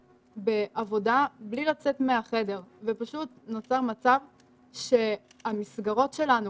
בעבודה בלי לצאת מהחדר ופשוט נוצר מצב שהמסגרות שלנו,